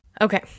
Okay